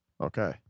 Okay